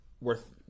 worth